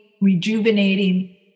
rejuvenating